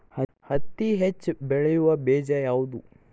ಹತ್ತಿ ಹೆಚ್ಚ ಬೆಳೆಯುವ ಬೇಜ ಯಾವುದು?